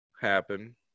happen